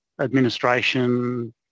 administration